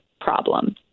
problem